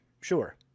sure